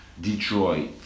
Detroit